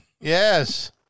yes